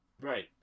right